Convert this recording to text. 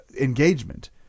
engagement